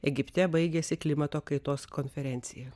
egipte baigėsi klimato kaitos konferencija